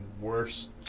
worst